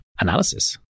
analysis